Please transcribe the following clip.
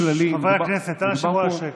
חברי הכנסת, נא לשמור על השקט.